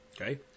Okay